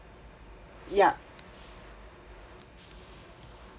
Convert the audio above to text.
yup